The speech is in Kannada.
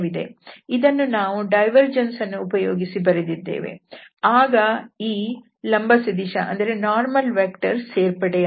ಇದನ್ನು ನಾವು ಡೈವರ್ಜೆನ್ಸ್ ಅನ್ನು ಉಪಯೋಗಿಸಿ ಬರೆದಿದ್ದೇವೆ ಆಗ ಈ ಲಂಬ ಸದಿಶ ವು ಸೇರ್ಪಡೆಯಾಗಿದೆ